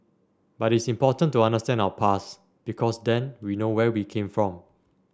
but it's important to understand our past because then we know where we came from